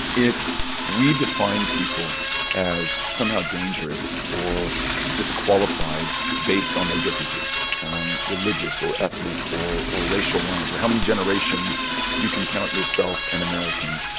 if we define people as somehow dangerous or disqualified based on their differences along religious or ethnic or or racial lines, or how many generations you can count yourself an american,